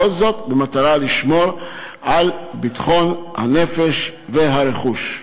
והכול במטרה לשמור על ביטחון הנפש והרכוש.